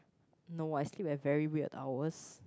no I sleep at very weird hours